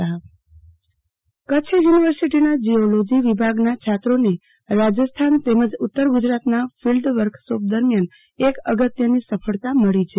આરતીબેન ભદ્દ જીવસૃષ્ટિ અવશેષ કચ્છ યુનિવર્સીટીના જીઓલોજી વિભાગના છાત્રોને રાજસ્થાન તેમજ ઉત્તર ગુજરાતના ફિલ્ડ વર્કશોપ દરમ્યાન એક અગત્યની સફળતા મળી છે